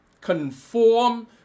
conform